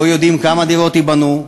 לא יודעים כמה דירות ייבנו,